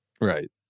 Right